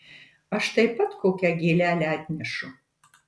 aš taip pat kokią gėlelę atnešu